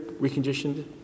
reconditioned